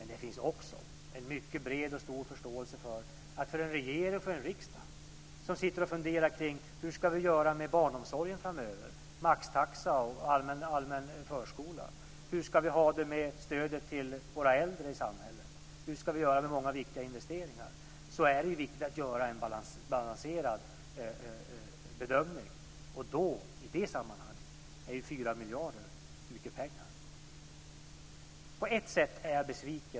Men det finns också en mycket bred och stor förståelse för att det är viktigt för regeringen och riksdagen att göra en balanserad bedömning, eftersom man samtidigt sitter och funderar över hur man ska göra med barnomsorgen framöver, med maxtaxan och allmän förskola, hur vi ska ha det med stödet till de äldre i samhället och hur vi ska göra med många viktiga investeringar. I det sammanhanget är 4 miljarder mycket pengar.